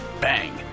Bang